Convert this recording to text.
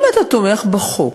אם אתה תומך בחוק,